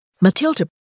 Matilda